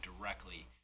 directly